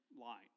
line